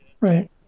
Right